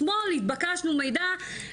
אתמול התבקשנו מידע,